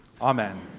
Amen